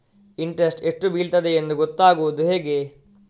Interest ಎಷ್ಟು ಬೀಳ್ತದೆಯೆಂದು ಗೊತ್ತಾಗೂದು ಹೇಗೆ?